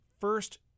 first